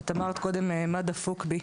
את אמרת קודם מה דפוק בי?